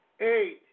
eight